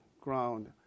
ground